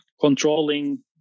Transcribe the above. controlling